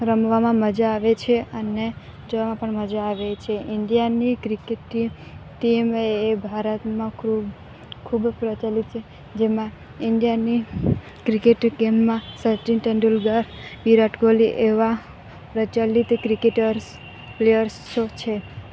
રમવામાં મજા આવે છે અને જોવામાં પણ મજા આવે છે ઇન્ડિયાની ક્રિકેટ ટીમ ટીમએ ભારતમાં ખૂબ ખૂબ પ્રચલિત છે જેમાં ઇન્ડિયાની ક્રિકેટ ગેમમાં સચિન તેંડુલકર વિરાટ કોહલી એવા પ્રચ પ્રચલિત ક્રિકેટર્સ પ્લેયર્સો છે